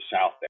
south